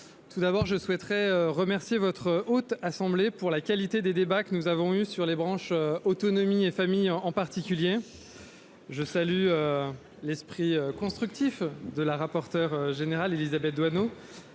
tout d'abord, je souhaite remercier la Haute Assemblée pour la qualité des débats que nous avons eus, sur les branches autonomie et famille en particulier. Je salue l'esprit constructif de la rapporteure générale, Élisabeth Doineau,